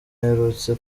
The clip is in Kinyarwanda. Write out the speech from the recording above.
aherutse